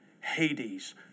Hades